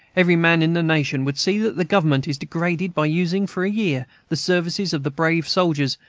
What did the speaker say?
every man in the nation would see that the government is degraded by using for a year the services of the brave soldiers,